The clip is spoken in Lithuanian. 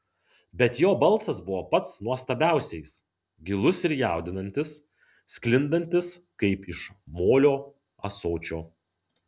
bet jo balsas buvo pats nuostabiausiais gilus ir jaudinantis sklindantis kaip iš molio ąsočio